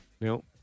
No